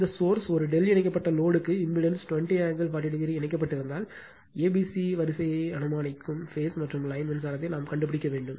இந்த சோர்ஸ் ஒரு ∆ இணைக்கப்பட்ட லோடு க்கு இம்பிடன்ஸ் 20 ஆங்கிள் 40o இணைக்கப்பட்டிருந்தால் ஏபிசி வரிசையை அனுமானிக்கும் பேஸ்ம் மற்றும் லைன் மின்சாரத்தை நாம் கண்டுபிடிக்க வேண்டும்